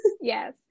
Yes